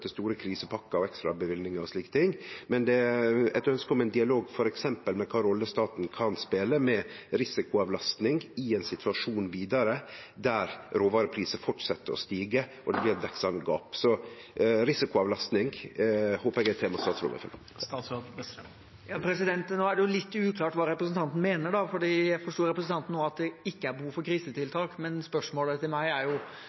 store krisepakkar og ekstraløyvingar og slike ting, men at det er eit ønske om ein dialog om f.eks. kva rolle staten kan spele med risikoavlasting i ein vidare situasjon der råvarepriser fortset å stige og det blir eit veksande gap. Risikoavlasting håper eg er eit tema statsråden vil følgje opp. Nå er det litt uklart hva representanten mener, for jeg forsto på representanten nå at det ikke er behov for krisetiltak, men spørsmålet til meg er jo